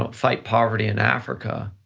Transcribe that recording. fight poverty in africa,